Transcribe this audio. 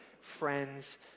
friends